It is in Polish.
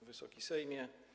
Wysoki Sejmie!